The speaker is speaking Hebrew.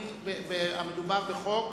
מדובר בחוק